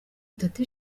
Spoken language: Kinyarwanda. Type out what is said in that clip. itatu